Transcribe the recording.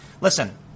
Listen